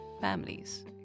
families